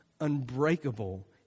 unbreakable